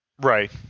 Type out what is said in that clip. Right